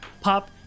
pop